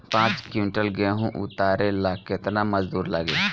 पांच किविंटल गेहूं उतारे ला केतना मजदूर लागी?